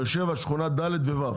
באר שבע שכונה ד' ו- ו',